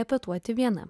repetuoti viena